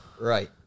right